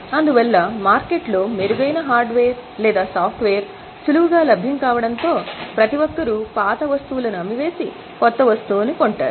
అందువల్ల మార్కెట్లో మెరుగైన హార్డ్వేర్ లేదా సాఫ్ట్వేర్ సులువుగా లభ్యం కావడంతో ప్రతిఒకరు పాత వస్తువులను అమ్మివేసి కొత్త వస్తువుని పొందుతారు